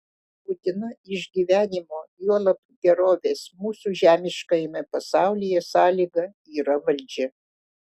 būtina išgyvenimo juolab gerovės mūsų žemiškajame pasaulyje sąlyga yra valdžia